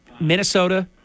Minnesota